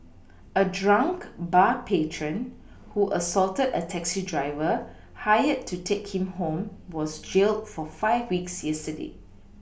a drunk bar patron who assaulted a taxi driver hired to take him home was jailed for five weeks yesterday